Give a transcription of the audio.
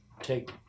take